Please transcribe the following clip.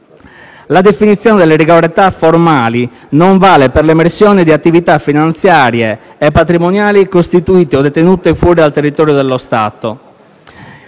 La definizione delle irregolarità formali non vale per l'emersione di attività finanziarie e patrimoniali costituite o detenute fuori dal territorio dello Stato.